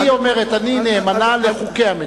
היא אומרת: אני נאמנה לחוקי המדינה,